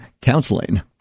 counseling